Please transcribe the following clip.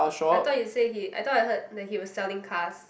I thought you say he I thought I heard that he was selling cars